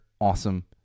awesome